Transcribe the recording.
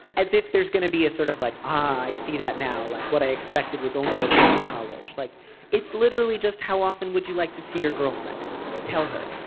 as if there's gonna be a sort of like i see that now. like what i expected was only okay in college like it's literally just how often would you like to see your girlfriend tell her.